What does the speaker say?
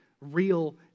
real